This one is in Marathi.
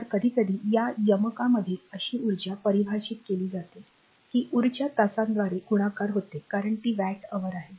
तर कधीकधी या यमकांमध्ये अशी उर्जा परिभाषित केली जाते की ऊर्जा तासांद्वारे गुणाकार होते कारण ती वॅट अवर आहे